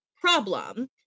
problem